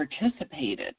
participated